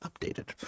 Updated